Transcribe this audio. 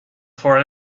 for